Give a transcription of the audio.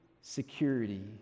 security